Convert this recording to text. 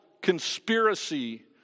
conspiracy